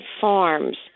Farms